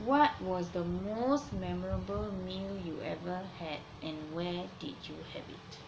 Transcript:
what was the most memorable meal you ever had and where did you have it